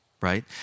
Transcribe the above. right